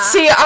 See